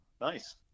Nice